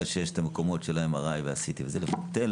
שיש את המקומות של ה-MRI וה-CT וזה לבטל